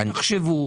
תחשבו,